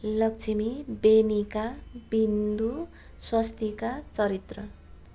लक्ष्मी बेनिका बिन्दु स्वस्तिका चरित्र